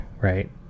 Right